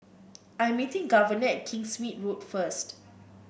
I'm meeting Governor at Kingsmead Road first